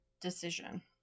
decision